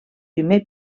primer